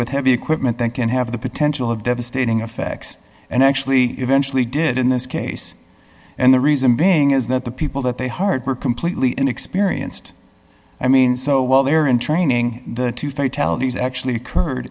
with heavy equipment that can have the potential of devastating effect and actually eventually did in this case and the reason being is that the people that they hard were completely inexperienced i mean so while they are in training the tell us actually